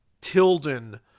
Tilden